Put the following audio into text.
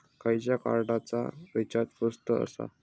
खयच्या कार्डचा रिचार्ज स्वस्त आसा?